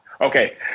Okay